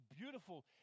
beautiful